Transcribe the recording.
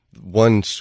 one